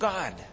God